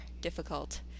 difficult